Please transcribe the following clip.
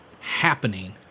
happening